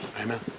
amen